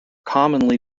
commonly